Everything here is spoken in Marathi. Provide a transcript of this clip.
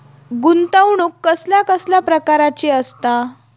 गुंतवणूक कसल्या कसल्या प्रकाराची असता?